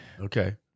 Okay